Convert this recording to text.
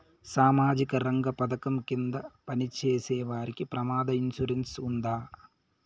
సామాజిక రంగ పథకం కింద పని చేసేవారికి ప్రమాద ఇన్సూరెన్సు ఉందా?